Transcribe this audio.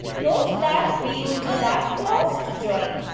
note that we used a that clause to join.